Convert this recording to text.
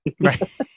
right